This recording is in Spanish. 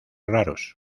raros